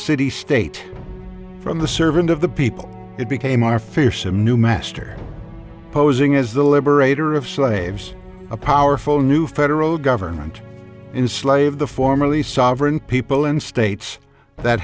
city state from the servant of the people it became our fearsome new master posing as the liberator of slaves a powerful new federal government in slave the formerly sovereign people and states that